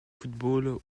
football